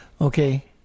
Okay